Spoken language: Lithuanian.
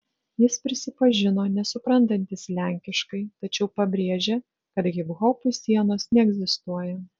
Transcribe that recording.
jis prisipažino nesuprantantis lenkiškai tačiau pabrėžė kad hiphopui sienos neegzistuoja